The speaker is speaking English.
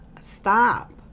stop